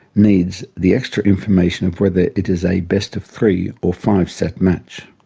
needs the extra information of whether it is a best of three or five set match.